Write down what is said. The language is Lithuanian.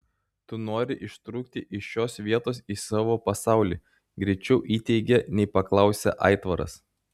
tu nori ištrūkti iš šios vietos į savo pasaulį greičiau įteigė nei paklausė aitvaras